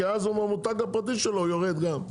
כי אז המותג הפרטי שלו יורד גם.